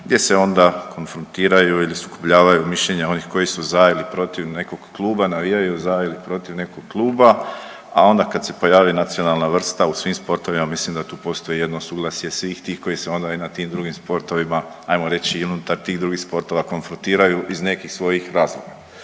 gdje se onda konfrontiraju ili sukobljavaju mišljenja onih koji su za ili protiv nekog kluba, navijaju za ili protiv nekog kluba, a onda kada se pojavi nacionalna vrsta u svim sportovima mislim da tu postoji jedno suglasje svih tih koji se onda i na tim drugim sportovima, ajmo reći i unutar tih drugih sportova konfrontiraju iz nekih svojih razloga.